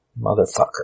Motherfucker